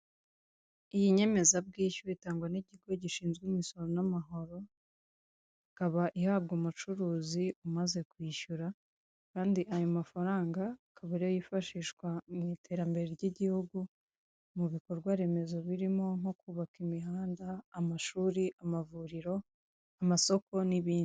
Uyu ni muhanda munini wo mu bwoko bwa kaburimbo usizemo amabara y'umukara ndetse n'uturongo tw'umweru haranyuramo ibinyabiziga bigiye bitandukanye, iruhande rwaho hari ibiti byiza by'icyatsi ubona bitanga umuyaga.